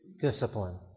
discipline